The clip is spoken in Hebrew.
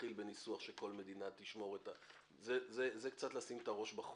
מתחיל בניסוח שכל מדינה תשמור את ה- -- זה קצת לשים את הראש בחול.